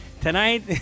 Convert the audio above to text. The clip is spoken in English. Tonight